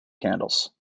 candles